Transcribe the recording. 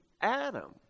Adam